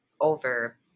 over